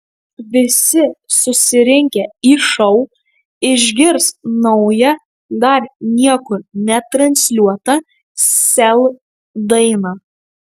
visi susirinkę į šou išgirs naują dar niekur netransliuotą sel dainą